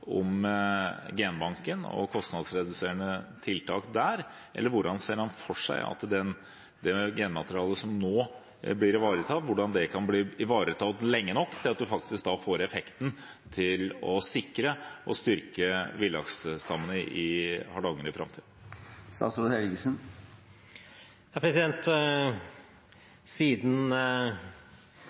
om genbanken og kostnadsreduserende tiltak der? Eller hvordan ser han for seg at det genmaterialet som nå blir ivaretatt, kan bli ivaretatt lenge nok til at man faktisk får effekten til å sikre og styrke villaksstammene i Hardanger i